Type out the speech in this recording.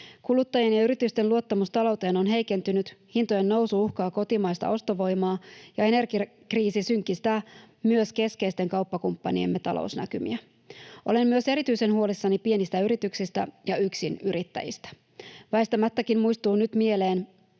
Kuluttajien ja yritysten luottamus talouteen on heikentynyt, hintojen nousu uhkaa kotimaista ostovoimaa ja energiakriisi synkistää myös keskeisten kauppakumppaniemme talousnäkymiä. Olen myös erityisen huolissani pienistä yrityksistä ja yksinyrittäjistä. Väistämättäkin muistuu nyt mieleen